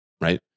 Right